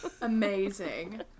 amazing